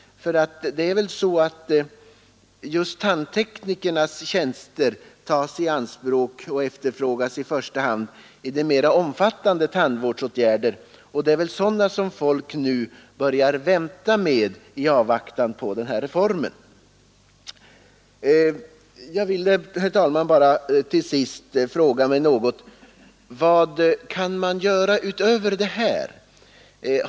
Det är väl så att tandteknikernas tjänster tas i anspråk och efterfrågas i första hand vid mera omfattande tandvårdsåtgärder, och det är sådana som folk väntar med i avvaktan på reformen. Jag vill, herr talman, till sist fråga: Vad kan man göra utöver det här?